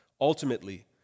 Ultimately